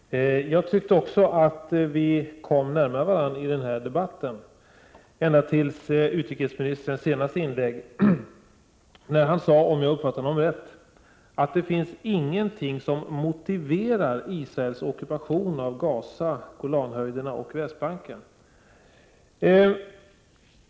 Herr talman! Även jag tyckte att vi i denna debatt kom närmare varandra, ända tills utrikesministern i sitt senaste inlägg sade — om jag uppfattade honom rätt — att det inte finns någonting som motiverar Israels ockupation av Gaza, Golanhöjderna och Västbanken.